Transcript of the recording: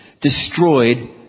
destroyed